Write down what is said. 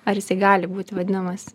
ar jisai gali būti vadinamas